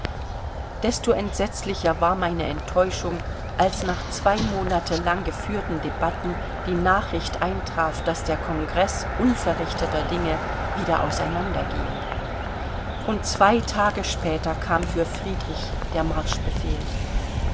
desto entsetzlicher war meine enttäuschung als nach zwei monate lang geführten debatten die nachricht eintraf daß der kongreß unverrichteter dinge wieder auseinandergehe und zwei tage später kam für friedrich der marschbefehl